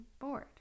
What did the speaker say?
bored